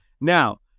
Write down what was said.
Now